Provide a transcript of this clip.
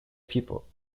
people